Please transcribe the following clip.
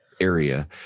area